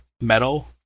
metal